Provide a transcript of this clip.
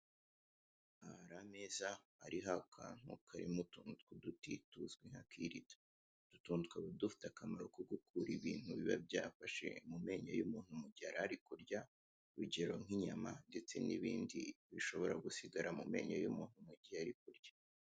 Aha hari ameza arimo utuntu tw'uduti tuzwi nka kirida utu tuntu tukaba dufite akamaro ko gukura ibintu biba byafashe mumenyo y'umuntu mugihe yarari kurya urugero nk'inyama ndetse n'ibindi bishobora gusigara mumenyo y'umuntu mugihe ari kurya.